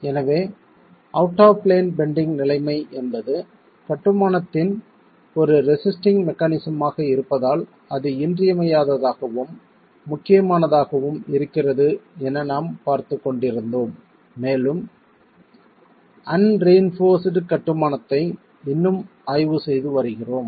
எனவே out of plane bending நிலைமை என்பது கட்டுமானத்தின் ஒரு ரெசிஸ்டிங் மெக்கானிசம் ஆக இருப்பதால் அது இன்றியமையாததாகவும் முக்கியமானதாகவும் இருக்கிறது என நாம் பார்த்துக் கொண்டிருந்தோம் மேலும் அன்ரியின்போர்ஸ்ட்டு கட்டுமானத்தை இன்னும் ஆய்வு செய்து வருகிறோம்